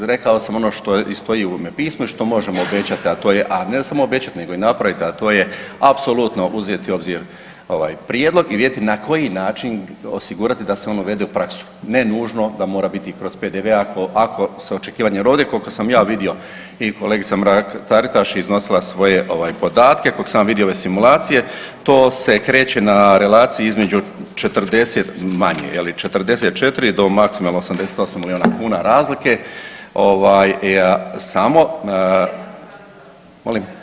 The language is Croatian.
Rekao sam ono što i stoji u ovom pismu i što možemo obećat, a to je, a ne samo obećat nego i napravit, a to je apsolutno uzet u obzir ovaj prijedlog i vidjeti na koji način osigurati da se on uvede u praksu, ne nužno da mora biti i kroz PDV ako, ako se očekivanje jer ovdje koliko sam ja vidio i kolegica Mrak-Taritaš je iznosila svoje ovaj podatke, koliko sam ja vidio ove simulacije to se kreće na relaciji između 40 manje je li, 44 do maksimalno 88 milijuna kuna razlike, ovaj samo … [[Upadica iz klupe se ne razumije]] Molim?